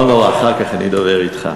לא נורא, אחר כך אני אדבר אתך.